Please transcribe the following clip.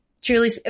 truly